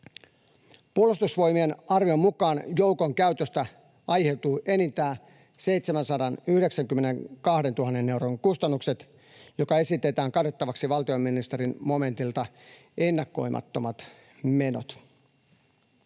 Puolustusvoimien arvion mukaan joukon käytöstä aiheutuu enintään 792 000 euron kustannukset, jotka esitetään katettavaksi valtiovarainministeriön momentilta Ennakoimattomat menot.